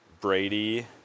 Brady